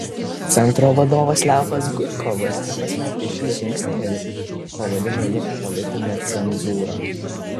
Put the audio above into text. centro vadovas levas gudkovas pasmerkė šį žingsnį ir pavadino jį politine cenzūra